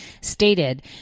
stated